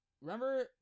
remember